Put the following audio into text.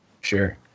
Sure